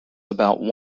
about